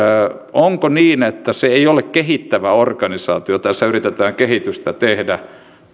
onko niin että se ei ole kehittävä organisaatio tässä yritetään kehitystä tehdä